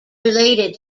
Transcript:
related